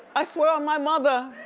i swear on my mother!